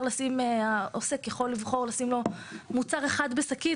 העוסק יכול לבחור לשים לו מוצר אחד בשקית